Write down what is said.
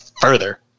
further